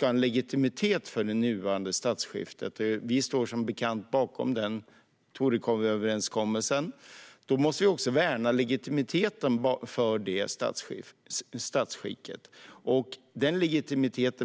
ha en legitimitet för vårt nuvarande statsskick, och vi står som bekant bakom Torekovsöverenskommelsen, måste vi också värna denna legitimitet.